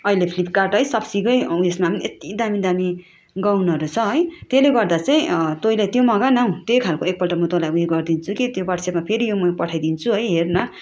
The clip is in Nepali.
अहिले फ्लिपकार्ट है सपसिकै उएसमा पनि यत्ति दामी दामी गाउनहरू छ है त्यसले गर्दा चाहिँ तैँले त्यो मगा न हौ त्यही खालको एकपल्ट म तँलाई उयो गरिदिन्छु कि त्यो व्हाट्सएप्पमा फेरि म यो पठाइदिन्छु है हेर् न